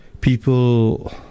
people